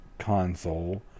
console